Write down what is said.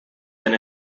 den